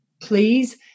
please